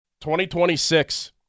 2026